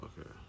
Okay